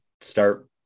start